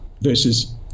versus